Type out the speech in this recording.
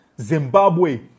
Zimbabwe